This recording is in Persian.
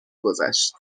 گذشت